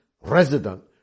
resident